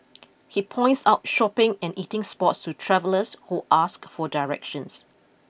he points out shopping and eating spots to travellers who ask for directions